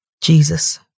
Jesus